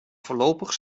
voorlopig